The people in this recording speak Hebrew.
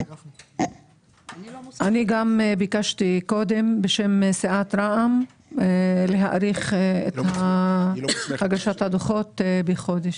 אני גם ביקשתי קודם בשם סיעת רע"מ להאריך את הגשת הדוחות בחודש.